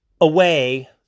away